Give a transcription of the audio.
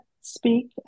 speak